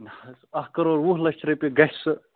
نہ حظ اکھ کَرور وُہ لَچھ رۄپیہِ گَژھِ سُہ